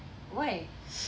why